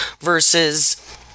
versus